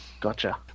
Gotcha